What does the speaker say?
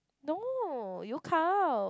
no you count